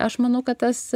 aš manau kad tas